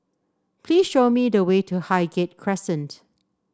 please show me the way to Highgate Crescent